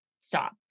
stop